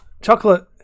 Chocolate